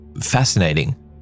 fascinating